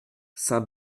saint